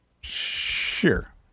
Sure